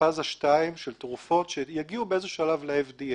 בפאזה שתיים של תרופות שיגיעו באיזה שלב ל-FDA.